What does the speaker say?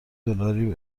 دلاری